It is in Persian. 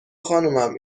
خانومم